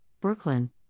Brooklyn